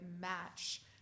match